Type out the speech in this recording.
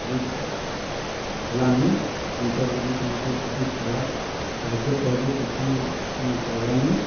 ହେଲାନି ପଞ୍ଚାୟତ୍ରେ ବି କୌଣସି କିଛି ସାହାଯ୍ୟ ସହଯୋଗ କିଛି ପାଇବାର୍ ନାଇଁ